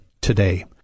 today